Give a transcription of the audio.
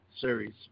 series